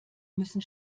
müssen